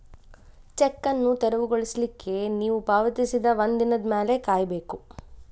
check ಅನ್ನು ತೆರವುಗೊಳಿಸ್ಲಿಕ್ಕೆ ನೇವು ಪಾವತಿಸಿದ ಒಂದಿನದ್ ಮ್ಯಾಲೆ ಕಾಯಬೇಕು